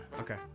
Okay